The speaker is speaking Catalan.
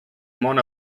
món